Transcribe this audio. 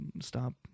stop